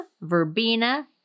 verbena